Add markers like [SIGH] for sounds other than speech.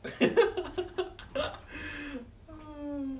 [LAUGHS]